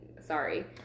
sorry